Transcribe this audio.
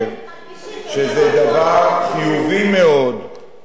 שהם מרגישים, אני חושב שזה דבר חיובי מאוד שתושבים